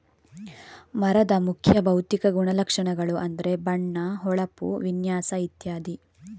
ಮರದ ಮುಖ್ಯ ಭೌತಿಕ ಗುಣಲಕ್ಷಣಗಳು ಅಂದ್ರೆ ಬಣ್ಣ, ಹೊಳಪು, ವಿನ್ಯಾಸ ಇತ್ಯಾದಿ